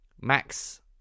Max